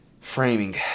framing